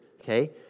okay